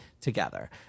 together